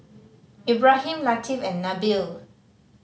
Ibrahim Latif and Nabil